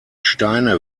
steine